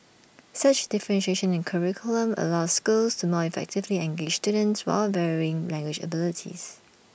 such differentiation in curriculum allows schools to more effectively engage students with varying language abilities